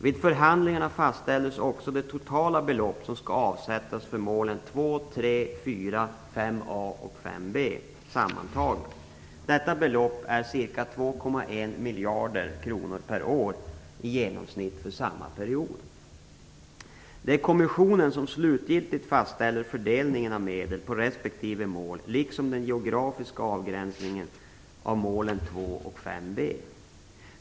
Vid förhandlingarna fastställdes också det totala belopp som sammantaget skall avsättas för målen 2, 3, 4, 5a och 5b. Detta belopp är ca 2,1 miljarder kronor per år i genomsnitt för samma period. Det är kommissionen som slutgiltigt fastställer fördelningen av medel på respektive mål liksom den geografiska avgränsningen av målen 2 och 5b.